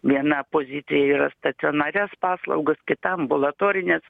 viena pozicija yra stacionarias paslaugas kita ambulatorines